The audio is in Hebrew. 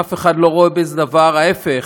אף אחד לא רואה בזה דבר, ההפך: